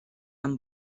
amb